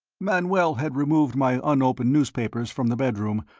manoel had removed my unopened newspapers from the bedroom,